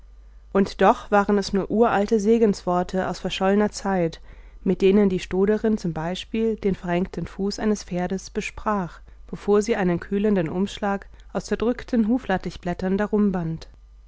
und doch waren es nur uralte segensworte aus verschollener zeit mit denen die stoderin zum beispiel den verrenkten fuß eines pferdes besprach bevor sie einen kühlenden umschlag aus zerdrückten huflattichblättern